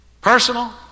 Personal